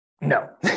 No